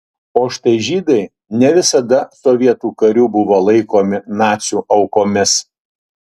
o štai žydai ne visada sovietų karių buvo laikomi nacių aukomis